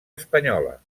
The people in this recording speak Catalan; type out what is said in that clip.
espanyola